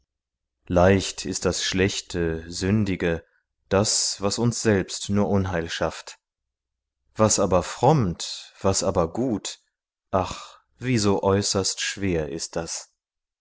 leicht ist das schlechte sündige das was uns selbst nur unheil schafft was aber frommt was aber gut ach wie so äußerst schwer ist das